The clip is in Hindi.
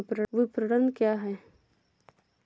विपणन क्या है?